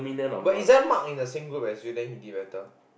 but isn't Mark in the same group as you then he did better